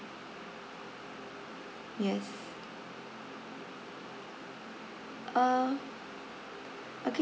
yes uh okay